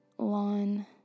lawn